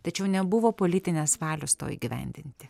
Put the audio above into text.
tačiau nebuvo politinės valios to įgyvendinti